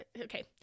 okay